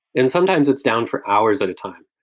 and sometimes it's down for hours at a time.